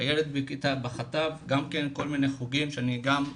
הילד בחטיבת הביניים גם כן כל מיני חוגים שאני צריך לשלם.